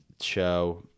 show